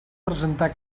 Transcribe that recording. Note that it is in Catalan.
presentar